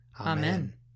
Amen